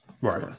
Right